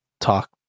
talk